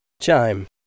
Chime